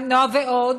גם נועה ועוד,